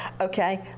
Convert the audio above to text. okay